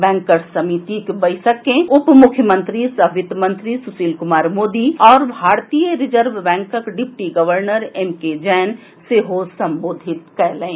bankers समिति की बैसक के उप मुख्यमंत्री सह वित्त मंत्री सुशील कुमार मोदी आओर भारतीय रिजर्व बैंकक deputy governor M K Jain सेहो संबोधित कयलनि